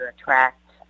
attract